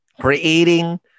creating